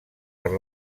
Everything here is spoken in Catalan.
per